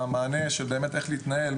איך להתנהל,